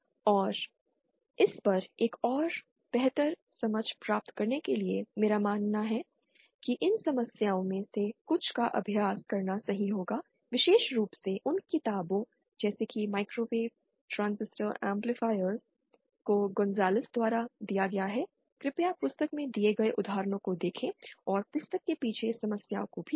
और इस पर एक और बेहतर समझ प्राप्त करने के लिए मेरा मानना है कि इन समस्याओं में से कुछ का अभ्यास करना सही होगा विशेष रूप से उन किताबों जैसे कि माइक्रोवेव ट्रांजिस्टर एम्पलीफायरों को गोंजालेस द्वारा दिया गया है कृपया पुस्तक में दिए गए उदाहरणों को देखें और पुस्तक के पीछे समस्याओं को भी देखें